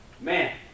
man